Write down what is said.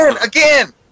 again